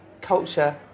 culture